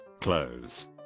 clothes